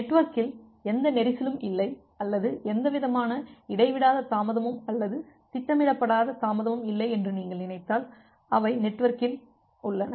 நெட்வொர்க்கில் எந்த நெரிசலும் இல்லை அல்லது எந்தவிதமான இடைவிடாத தாமதமும் அல்லது திட்டமிடப்படாத தாமதமும் இல்லை என்று நீங்கள் நினைத்தால் அவை நெட்வொர்க்கில் உள்ளன